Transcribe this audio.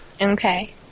Okay